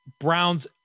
Browns